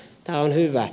tämä on hyvä